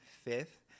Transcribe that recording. fifth